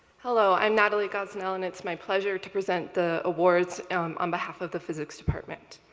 hello. i'm natalie gosnell, and it's my pleasure to present the awards on behalf of the physics department.